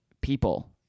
people